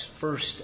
first